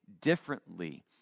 differently